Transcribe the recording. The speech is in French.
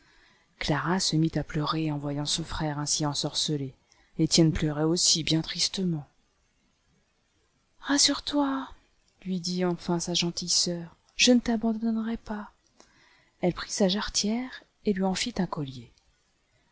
clara se mit à pleurer en voyant son frère ainsi ensorcelé etienne pleurait aussi bien tristement rassure-toi lui dit enfin sa gentille sœur je ne t'abandonnerai pas elle prit sa jarretière et lui en fit un collier